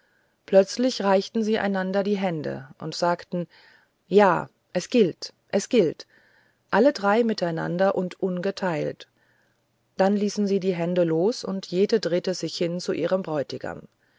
plötzlich reichten sie einander die hände und sagten ja es gilt es gilt alle drei miteinander und ungeteilt dann ließen sie die hände los und jede drehte sich hin zu ihrem bräutigam